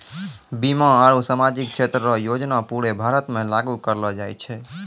बीमा आरू सामाजिक क्षेत्र रो योजना पूरे भारत मे लागू करलो जाय छै